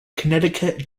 connecticut